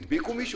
הדביקו מישהו?